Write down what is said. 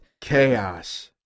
Chaos